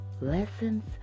Lessons